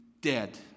dead